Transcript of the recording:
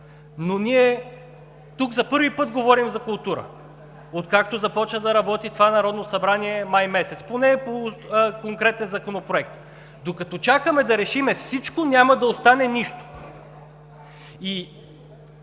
но ние тук за първи път говорим за култура, откакто започна да работи това Народно събрание, през месец май. Поне по конкретен законопроект. Докато чакаме да решим всичко, няма да остане нищо.